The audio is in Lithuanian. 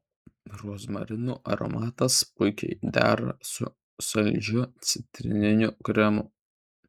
rozmarinų aromatas puikiai dera su saldžiu citrininiu kremu